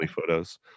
photos